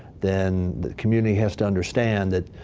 then the community has to understand that.